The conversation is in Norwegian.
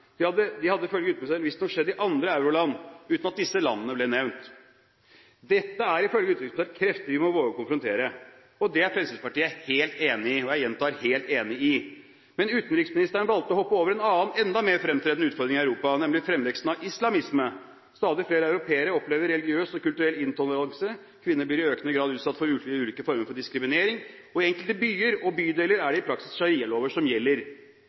hadde ifølge utenriksministeren visstnok skjedd i andre euroland, uten at disse landene ble nevnt. Dette er, ifølge utenriksministeren, krefter vi må våge å konfrontere, og det er Fremskrittspartiet helt enig i – og jeg gjentar: helt enig i. Utenriksministeren valgte å hoppe over en annen enda mer fremtredende utfordring i Europa, nemlig fremveksten av islamisme. Stadig flere europeere opplever religiøs og kulturell intoleranse, kvinner blir i økende grad utsatt for ulike former for diskriminering, og i enkelte byer og bydeler er det i praksis sharialover som gjelder.